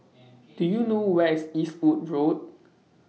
Do YOU know Where IS Eastwood Road